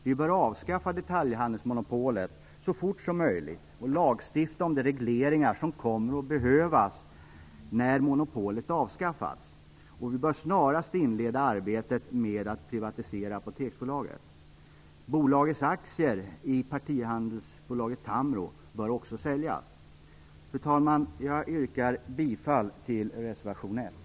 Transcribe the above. Vi bör avskaffa detaljhandelsmonopolet så fort som möjligt och lagstifta om de regleringar som kommer att behövas när monopolet avskaffats, och vi bör snarast inleda arbetet med att privatisera Tambro bör också säljas. Fru talman! Jag yrkar bifall till reservation 1.